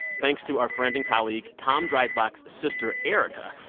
thanks to our friend and colleague, tom dreisbach's sister, erica,